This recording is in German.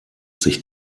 sich